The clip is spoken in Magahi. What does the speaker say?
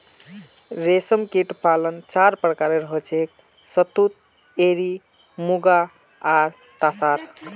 रेशमकीट पालन चार प्रकारेर हछेक शहतूत एरी मुगा आर तासार